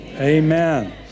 Amen